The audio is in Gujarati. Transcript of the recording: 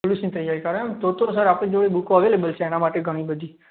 પોલીસની તૈયારી કરો એમ તો તો સર આપણી જોડે બુકો અવેલેબલ છે એના માટે ઘણીબધી